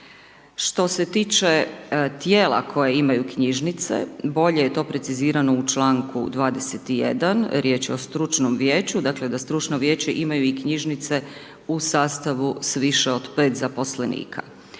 Što se tiče tijela koje imaju knjižnice, bolje je to precizirano u čl. 21, riječ je o stručnom vijeću, dakle da stručno vijeće imaju i knjižnice u sastavu s više od 5 zaposlenika.